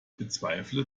bezweifle